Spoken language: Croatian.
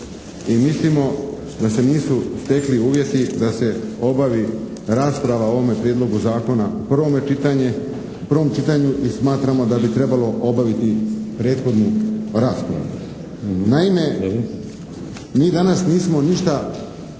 i mislimo da se nisu stekli uvjeti da se obavi rasprava o ovome prijedlogu zakona u prvom čitanju i smatramo da bi trebalo obaviti prethodnu raspravu. Naime, mi danas nismo ništa